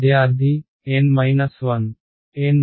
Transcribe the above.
విద్యార్ధి N 1